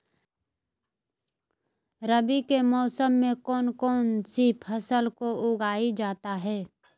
रवि के मौसम में कौन कौन सी फसल को उगाई जाता है?